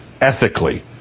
ethically